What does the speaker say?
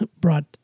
brought